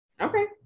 Okay